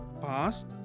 past